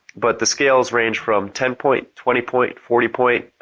but the scale ranges from ten point, twenty point, forty point,